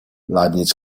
leibniz